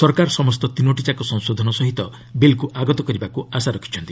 ସରକାର ସମସ୍ତ ତିନୋଟିଯାକ ସଂଶୋଧନ ସହ ବିଲ୍କୁ ଆଗତ କରିବାକୁ ଆଶା ରଖିଛନ୍ତି